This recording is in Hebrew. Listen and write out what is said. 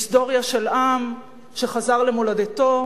היסטוריה של עם שחוזר למדינתו